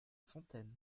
fontaines